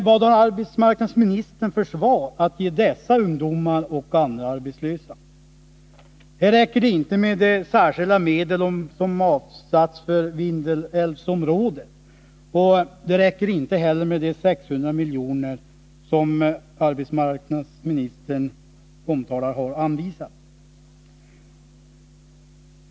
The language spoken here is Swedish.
Vad har arbetsmarknadsministern för svar att ge dessa ungdomar och andra arbetslösa? Här räcker det inte med de särskilda medel som avsatts för Vindelälvsområdet och inte heller med de 600 milj.kr. som enligt vad arbetsmarknadsministern omtalar har anvisats.